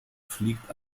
fliegt